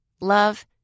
love